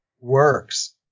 works